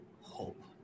hope